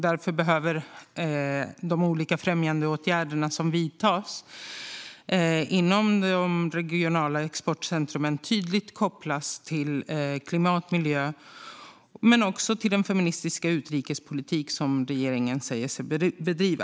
Därför behöver de olika främjandeåtgärder som vidtas inom de regionala exportcentrumen tydligt kopplas till klimat och miljö men också till den feministiska utrikespolitik som regeringen säger sig bedriva.